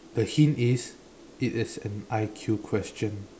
the hint is it is an I_Q question